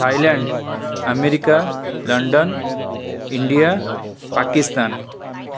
Thailand America London India Pakistan